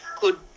good